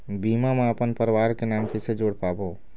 बीमा म अपन परवार के नाम किसे जोड़ पाबो?